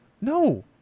No